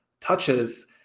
touches